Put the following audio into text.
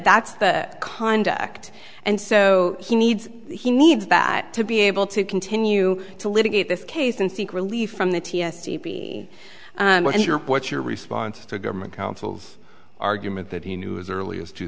that's the conduct and so he needs he needs that to be able to continue to litigate this case and seek relief from the t s a what's your response to government counsel's argument that he knew as early as two